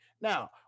Now